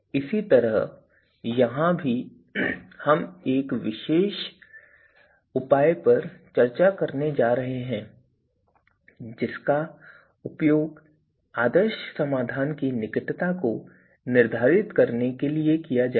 इसी तरह यहां भी हम एक विशेष उपाय पर चर्चा करने जा रहे हैं जिसका उपयोग आदर्श समाधान की निकटता को निर्धारित करने के लिए किया जाएगा